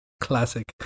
classic